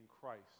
Christ